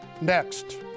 Next